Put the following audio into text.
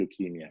leukemia